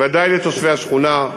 בוודאי לתושבי השכונה,